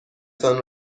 تان